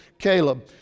Caleb